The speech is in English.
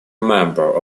member